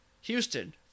Houston